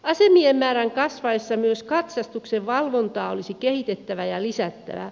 asemien määrän kasvaessa myös katsastuksen valvontaa olisi kehitettävä ja lisättävä